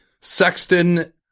Sexton